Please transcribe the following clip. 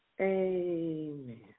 Amen